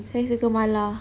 saya suka mala